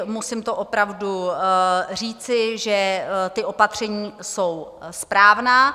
Musím to opravdu říci, že ta opatření jsou správná.